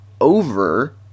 over